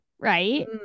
Right